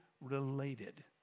related